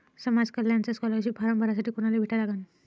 समाज कल्याणचा scholarship form भरासाठी कुनाले भेटा लागन?